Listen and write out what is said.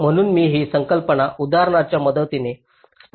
म्हणून मी ही संकल्पना उदाहरणाच्या मदतीने स्पष्ट करते